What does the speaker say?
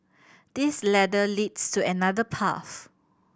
this ladder leads to another path